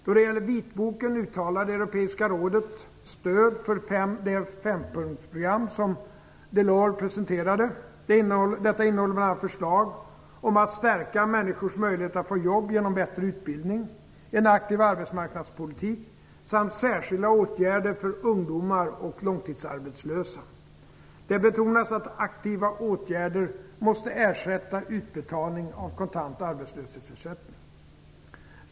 Då det gäller vitboken uttalade Europeiska rådet stöd för det fempunktsprogram som Delors presenterade. Detta innehåller bl.a. förslag om att stärka människors möjligheter att få jobb genom bättre utbildning, en aktiv arbetsmarknadspolitik samt särskilda åtgärder för ungdomar och långtidsarbetslösa. Det betonades att aktiva åtgärder måste ersätta utbetalning av kontant arbetslöshetsersättning.